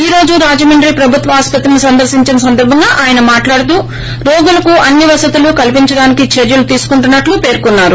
ఈ రోజు రాజమండ్రి ప్రభుత్వ ఆసుపత్రిని సందర్పించిన సందర్బంగా ఆయన మాట్లాడుతూ రోగులకు అన్ని వసతులు కల్పించడానికి చర్యలు తీసుకుంటున్నట్లు పేర్కొన్నారు